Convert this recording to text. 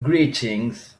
greetings